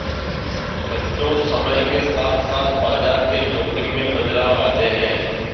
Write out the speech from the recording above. बच्चों समय के साथ साथ बाजार के जोख़िम में बदलाव आते हैं